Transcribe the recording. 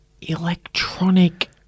Electronic